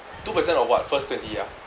two percent of what first twenty ah